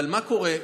אבל מה קורה?